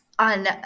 On